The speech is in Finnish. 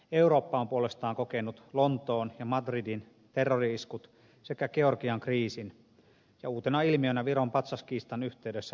eurooppa on puolestaan kokenut lontoon ja madridin terrori iskut sekä georgian kriisin ja uutena ilmiönä viron patsaskiistan yhteydessä tietoverkkohäirinnän